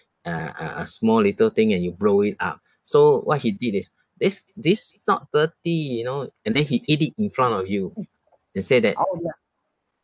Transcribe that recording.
a a a small little thing and you blow it up so what he did is this this is not dirty you know and then he eat it in front of you they say that